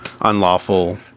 unlawful